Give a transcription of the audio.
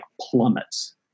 plummets